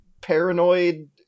paranoid